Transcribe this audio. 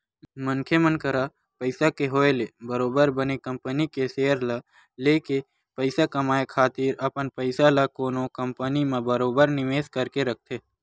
मनखे मन करा पइसा के होय ले बरोबर बने कंपनी के सेयर ल लेके पइसा कमाए खातिर अपन पइसा ल कोनो कंपनी म बरोबर निवेस करके रखथे